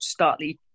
startly